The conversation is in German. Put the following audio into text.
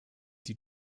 die